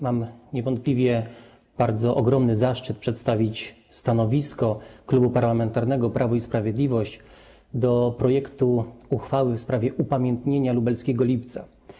Mam niewątpliwie bardzo ogromny zaszczyt przedstawić stanowisko Klubu Parlamentarnego Prawo i Sprawiedliwość wobec projektu uchwały w sprawie upamiętnienia Lubelskiego Lipca.